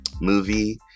movie